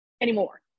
anymore